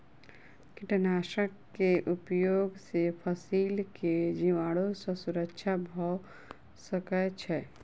कीटनाशक के उपयोग से फसील के जीवाणु सॅ सुरक्षा भअ सकै छै